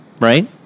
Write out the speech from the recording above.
Right